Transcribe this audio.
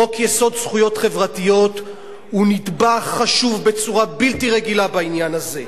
חוק-יסוד: זכויות חברתיות הוא נדבך חשוב בצורה בלתי רגילה בעניין הזה.